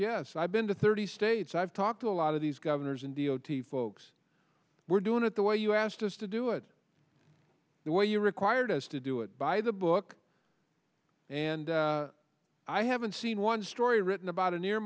yes i've been to thirty states i've talked to a lot of these governors and the o t folks we're doing it the way you asked us to do it the way you required us to do it by the book and i haven't seen one story written about an